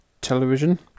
television